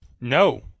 No